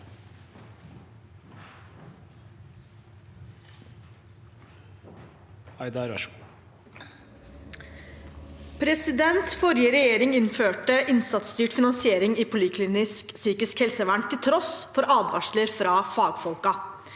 Forrige regjering inn- førte innsatsstyrt finansiering i poliklinisk psykisk helsevern, til tross for advarsler fra fagfolkene.